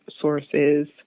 sources